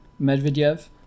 Medvedev